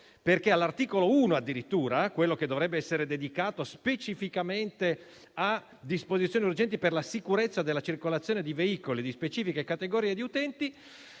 all'articolo 1, quello che dovrebbe essere dedicato specificamente a disposizioni urgenti per la sicurezza della circolazione di veicoli di specifiche categorie di utenti,